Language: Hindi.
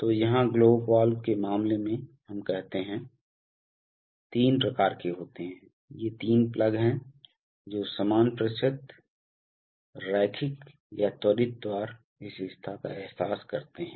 तो यहाँ ग्लोब वाल्व के मामले में हम कहते हैं तीन प्रकार के होते हैं ये तीन प्लग हैं जो समान प्रतिशत रैखिक या त्वरित द्वार विशेषता का एहसास करते हैं